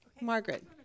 Margaret